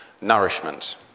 nourishment